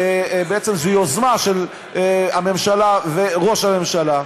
בעצם זו יוזמה של הממשלה וראש הממשלה.